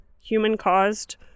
human-caused